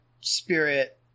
spirit